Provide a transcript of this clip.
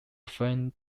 foreign